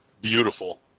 beautiful